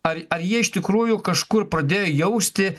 ar ar jie iš tikrųjų kažkur pradėjo jausti